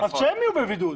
שהם יהיו ב-זום,